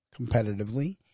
competitively